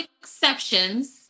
exceptions